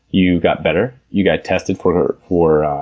you got better, you got tested for for